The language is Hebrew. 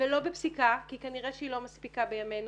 ולא בפסיקה, כי כנראה שהיא מספיקה בימינו.